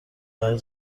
بعد